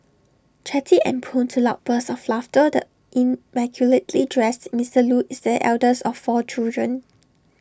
chatty and prone to loud bursts of laughter the immaculately dressed Mister Loo is the eldest of four children